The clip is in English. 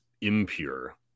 impure